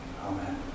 Amen